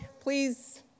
please